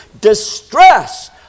distress